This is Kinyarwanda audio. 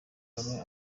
kagame